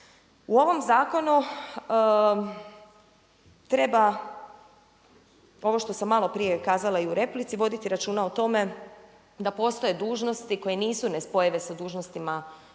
U ovom zakonu treba, ovo što sam malo prije kazala i u replici, voditi računa o tome da postoje dužnosti koje nisu nespojive sa dužnostima saborskih